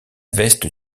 veste